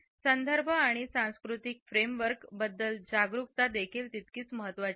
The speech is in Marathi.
संदर्भ आणि सांस्कृतिक फ्रेमवर्क बद्दल जागरूकता देखील तितकीच महत्वाचे आहे